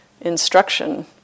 instruction